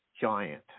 giant